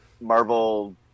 Marvel